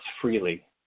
freely